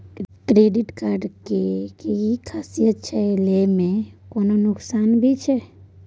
Credit card के कि खासियत छै, लय में कोनो नुकसान भी छै?